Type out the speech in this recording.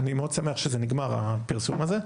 אני מאוד שמח שזה נגמר הפרסום הזה,